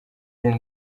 y’iyi